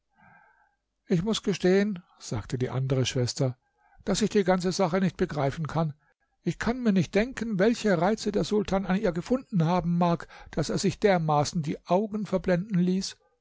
ich muß gestehen sagte die andere schwester daß ich die ganze sache nicht begreifen kann ich kann mir nicht denken welche reize der sultan an ihr gefunden haben mag daß er sich dermaßen die augen verblenden ließ